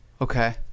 Okay